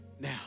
now